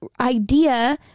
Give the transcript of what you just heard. idea